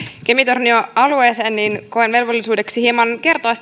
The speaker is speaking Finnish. kemin tornion alueeseen niin koen velvollisuudeksi hieman kertoa